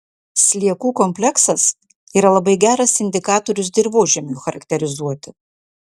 sliekų kompleksas yra labai geras indikatorius dirvožemiui charakterizuoti